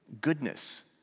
goodness